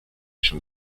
schon